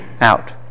out